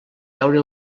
veure